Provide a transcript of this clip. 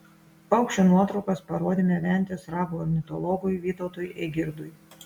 paukščio nuotraukas parodėme ventės rago ornitologui vytautui eigirdui